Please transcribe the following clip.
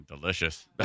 delicious